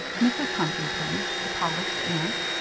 mrs. huntington a polished aunt.